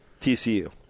TCU